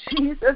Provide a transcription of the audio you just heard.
Jesus